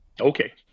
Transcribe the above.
Okay